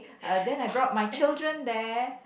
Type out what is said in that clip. uh then I brought my children there